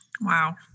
Wow